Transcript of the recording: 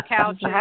couches